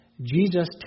Jesus